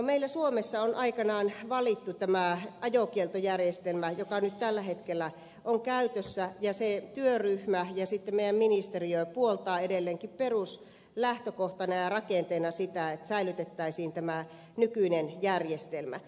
meillä suomessa on aikanaan valittu tämä ajokieltojärjestelmä joka nyt tällä hetkellä on käytössä ja työryhmä ja meidän ministeriömme puoltavat edelleenkin peruslähtökohtana ja rakenteena sitä että säilytettäisiin tämä nykyinen järjestelmä